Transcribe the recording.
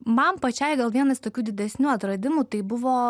man pačiai gal vienas tokių didesnių atradimų tai buvo